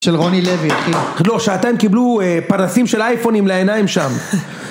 של רוני לוי, אחי. לא, שעתיים קיבלו פנסים של אייפונים לעיניים שם.